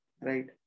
right